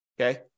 Okay